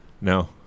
No